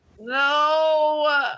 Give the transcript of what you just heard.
No